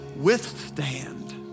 withstand